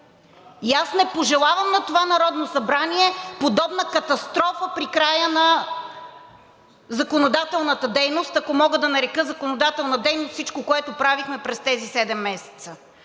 И аз не пожелавам на това Народно събрание подобна катастрофа при края на законодателната дейност, ако мога да нарека законодателна дейност всичко, което правихме през тези седем месеца.